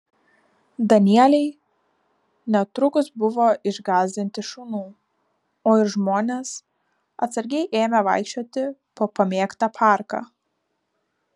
danieliai netrukus buvo išgąsdinti šunų o ir žmonės atsargiai ėmė vaikščioti po pamėgtą parką